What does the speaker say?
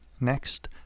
Next